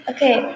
Okay